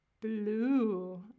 blue